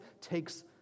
takes